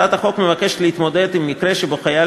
הצעת החוק מבקשת להתמודד עם מקרה שבו חייל